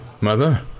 mother